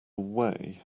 way